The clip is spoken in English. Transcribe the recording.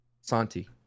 Santi